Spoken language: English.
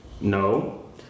No